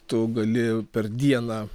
tu gali per dieną